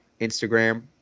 Instagram